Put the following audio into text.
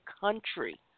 country